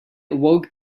awoke